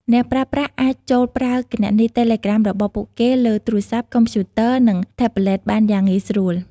អ្នកប្រើប្រាស់អាចចូលប្រើគណនីតេឡេក្រាមរបស់ពួកគេលើទូរស័ព្ទ កុំព្យូទ័រ និងថេបប្លេតបានយ៉ាងងាយស្រួល។